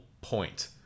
point